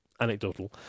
anecdotal